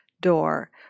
door